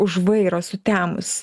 už vairo sutemus